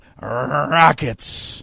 Rockets